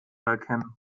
erkennen